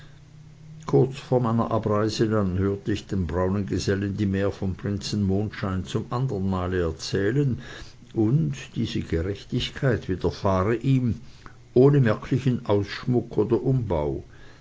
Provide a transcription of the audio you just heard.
kurz vor meiner abreise dann hörte ich den braunen gesellen die märe vom prinzen mondschein zum anderen male erzählen und diese gerechtigkeit widerfahre ihm ohne merklichen ausschmuck oder umbau